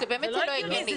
זה באמת לא הגיוני.